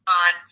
on